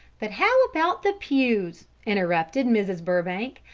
but how about the pews? interrupted mrs. burbank.